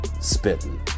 spitting